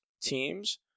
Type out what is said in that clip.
teams